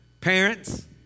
Parents